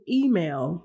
email